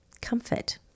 comfort